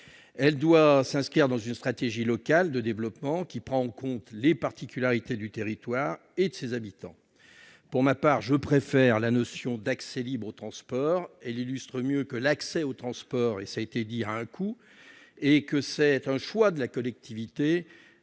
Elle doit s'inscrire dans une stratégie locale de développement qui prend en compte les particularités du territoire et de ses habitants. Pour ma part, je préfère la notion d'accès libre aux transports. Elle illustre mieux le fait que l'accès aux transports a un coût et qu'ouvrir cet accès